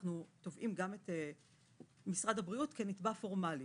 אנחנו תובעים גם את משרד הבריאות כנתבע פורמאלי.